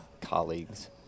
colleagues